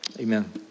amen